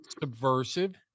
subversive